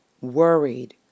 worried